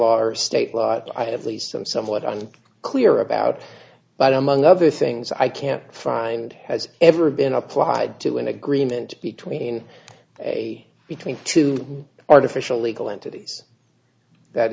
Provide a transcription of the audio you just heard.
or state law but i have leased i'm somewhat on clear about but among other things i can't find has ever been applied to an agreement between a between two artificial legal entities that